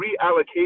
reallocation